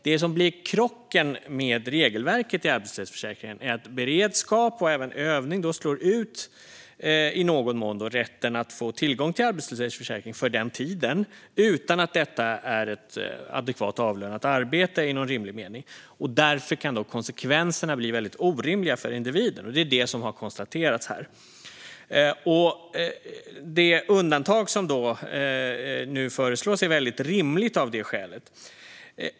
Det som blir krocken med arbetslöshetsförsäkringens regelverk är att beredskap och även övning i någon mån slår ut rätten att få tillgång till arbetslöshetsersättning för den tiden eftersom det inte är ett adekvat avlönat arbete i någon rimlig mening. Därför kan konsekvenserna bli väldigt orimliga för individen, och det är det som har konstaterats här. Det undantag som nu föreslås är av det skälet väldigt rimligt.